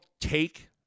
take